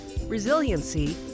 Resiliency